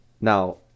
Now